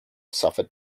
suffered